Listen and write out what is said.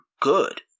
good